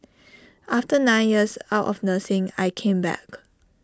after nine years out of nursing I came back